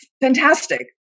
fantastic